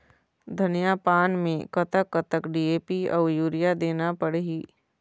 धनिया पान मे कतक कतक डी.ए.पी अऊ यूरिया देना पड़ही?